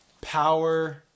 power –